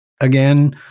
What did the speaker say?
Again